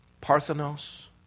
Parthenos